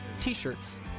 T-shirts